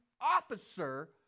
officer